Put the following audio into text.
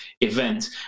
event